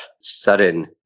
sudden